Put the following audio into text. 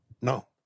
no